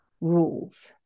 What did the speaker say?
rules